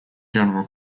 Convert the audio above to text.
general